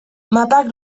mapak